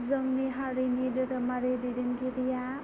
जोंनि हारिनि दोहोरोमारि दैदेनगिरिया